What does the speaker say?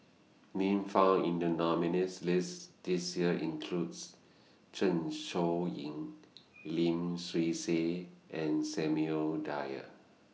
Names found in The nominees' list This Year includes Zeng Shouyin Lim Swee Say and Samuel Dyer